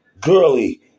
girly